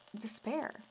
despair